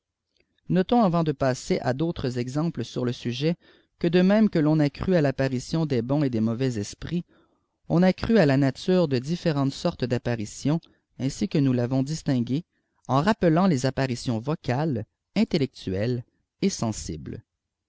notons avant de passer à d'autres exemples sur le sujet que de même que ton a cru à l'apparition des bons et des mauvais esprits on a cru à la nature de différentes sortes d'apparitions ainsi que nous l'avons distingué en rappelant les apparitions vocales intellectuelles et sensibles